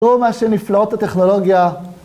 תראו מה שנפלאות הטכנולוגיה.